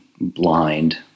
blind